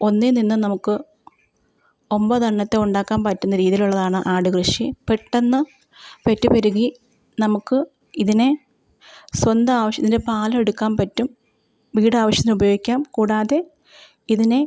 ഒന്നിൽ നിന്ന് നമുക്ക് ഒൻപതെണ്ണത്തെ ഉണ്ടാക്കാൻ പറ്റുന്ന രീതിയിലുള്ളതാണ് ആട് കൃഷി പെട്ടെന്ന് പെറ്റു പെരുകി നമുക്ക് ഇതിനെ സ്വന്തം ആവശ്യത്തിനു പാലെടുക്കാൻ പറ്റും വീടാവശ്യത്തിനുപയോഗിക്കാം കൂടാതെ ഇതിനെ